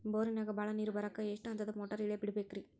ಬೋರಿನಾಗ ಬಹಳ ನೇರು ಬರಾಕ ಎಷ್ಟು ಹಂತದ ಮೋಟಾರ್ ಇಳೆ ಬಿಡಬೇಕು ರಿ?